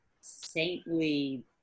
saintly